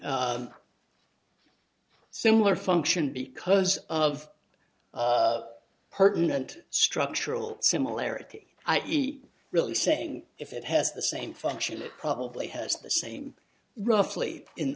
a similar function because of pertinent structural similarity i e really saying if it has the same function it probably has the same roughly in